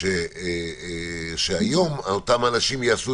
הסעיף הראשון היה הסעיף של ההכרזה שהוצגה,